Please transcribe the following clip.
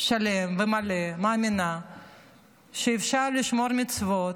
שלם ומלא מאמינה שאפשר לשמור מצוות,